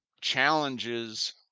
challenges